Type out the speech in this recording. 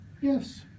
Yes